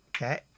Okay